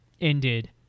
ended